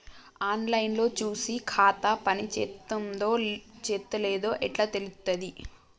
On line లో చూసి ఖాతా పనిచేత్తందో చేత్తలేదో ఎట్లా తెలుత్తది?